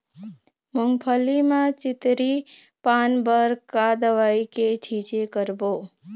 मूंगफली म चितरी पान बर का दवई के छींचे करबो?